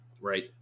Right